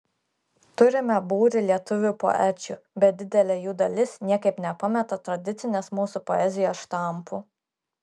turime būrį lietuvių poečių bet didelė jų dalis niekaip nepameta tradicinės mūsų poezijos štampų